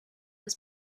was